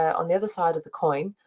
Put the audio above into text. on the other side of the coin,